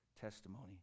testimony